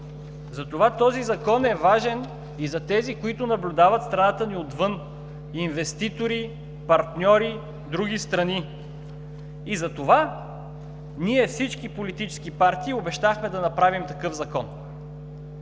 Затова този Закон е важен и за тези, които наблюдават страната ни отвън – инвеститори, партньори, други страни. Затова всички политически партии обещахме да направим такъв закон.